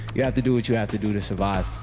you have to do what you have to do to survive.